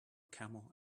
camel